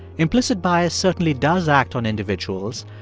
implicit bias certainly does act on individuals,